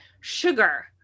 sugar